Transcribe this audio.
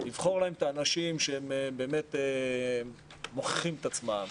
לבחור להן את האנשים שמוכיחים את עצמם,